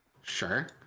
Sure